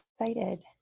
excited